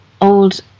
old